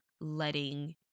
letting